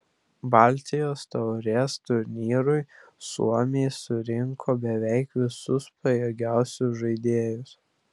baltijos taurės turnyrui suomiai surinko beveik visus pajėgiausius žaidėjus